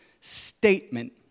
statement